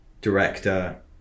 director